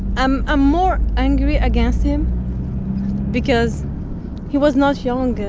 i'm ah more angry against him because he was not young,